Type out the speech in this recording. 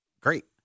Great